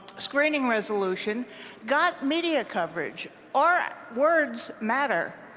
screening resolution got media coverage. our words matter.